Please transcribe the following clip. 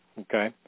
Okay